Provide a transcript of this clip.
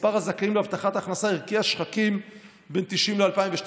מספר הזכאים להבטחת הכנסה הרקיע שחקים בין 1990 ל-2002,